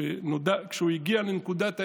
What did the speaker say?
כשהוא הגיע לנקודת האמת,